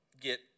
get